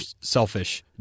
selfish